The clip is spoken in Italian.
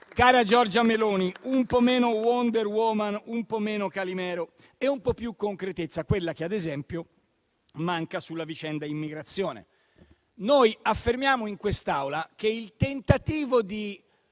Cara Giorgia Meloni: un po' meno Wonder Woman, un po' meno Calimero e un po' più concretezza, quella che, ad esempio, manca sulla vicenda immigrazione. Noi affermiamo in quest'Aula che il tentativo di